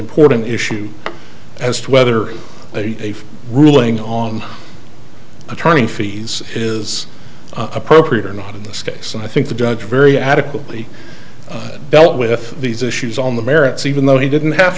important issue as to whether a ruling on attorney fees is appropriate or not in this case i think the judge very adequately dealt with these issues on the merits even though he didn't have